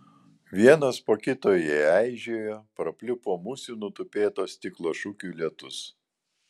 vienas po kito jie eižėjo prapliupo musių nutupėto stiklo šukių lietus